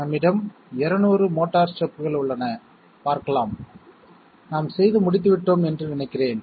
நம்மிடம் 200 மோட்டார் ஸ்டெப்கள் உள்ளன பார்க்கலாம் நாம் செய்து முடித்துவிட்டோம் என்று என்று நினைக்கிறேன்